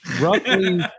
Roughly